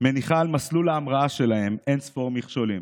מניחה על מסלול ההמראה שלהם אין-ספור מכשולים.